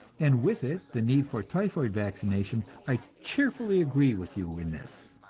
and with it the need for typhoid vaccination, i cheerfully agree with you in this.